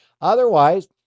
Otherwise